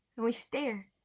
we stare,